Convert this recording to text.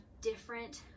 different